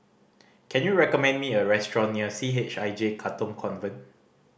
can you recommend me a restaurant near C H I J Katong Convent